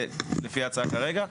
לפי ההצעה כרגע,